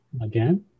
Again